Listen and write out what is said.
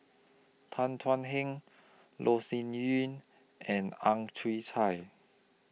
Tan Thuan Heng Loh Sin Yun and Ang Chwee Chai